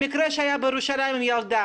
המקרה שהיה בירושלים עם הילדה?